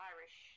Irish